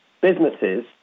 businesses